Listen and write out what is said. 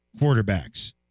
quarterbacks